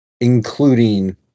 including